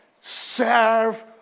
serve